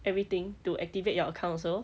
everything to activate your account also